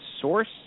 source